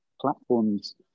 platforms